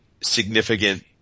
Significant